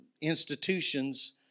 institutions